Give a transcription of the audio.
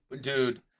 dude